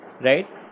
Right